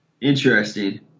Interesting